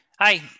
Hi